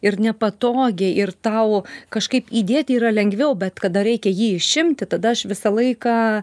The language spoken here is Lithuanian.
ir nepatogiai ir tau kažkaip įdėti yra lengviau bet kada reikia jį išimti tada aš visą laiką